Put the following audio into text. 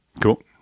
cool